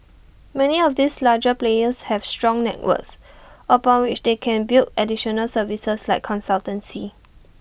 many of these larger players have strong networks upon which they can build additional services like consultancy